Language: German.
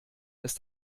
ist